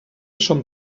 són